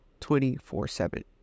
24-7